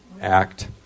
Act